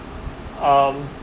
um